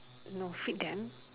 no feed them